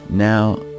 Now